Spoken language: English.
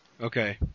Okay